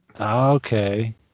okay